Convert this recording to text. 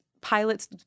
pilots